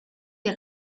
die